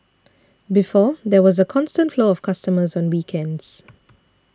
before there was a constant flow of customers on weekends